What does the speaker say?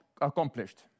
accomplished